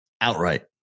Outright